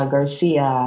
Garcia